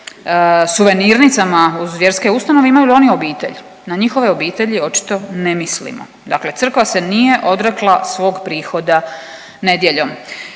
suvenirnicama uz vjerske ustanove imaju li oni obitelj? Na njihove obitelji očito ne mislimo, dakle crkva se nije odrekla svog prihoda nedjeljom.